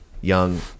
Young